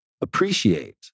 appreciate